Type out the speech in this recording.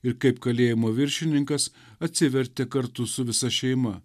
ir kaip kalėjimo viršininkas atsivertė kartu su visa šeima